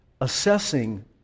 assessing